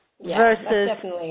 versus